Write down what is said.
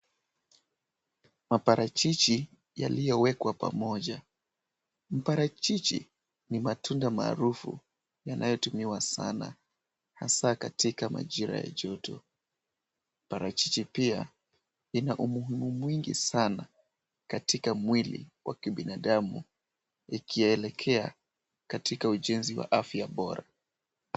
Maparachichi yaliyowekwa pamoja. Parachichi ni matunda maarufu yanayotumiwa sana hasa katika majira ya joto. Parachichi pia ina umuhimu mwingi sana katika mwili wa kibinadamu ikielekea katika ujenzi wa afya bora.